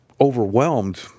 overwhelmed